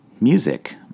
Music